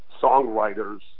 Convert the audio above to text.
songwriters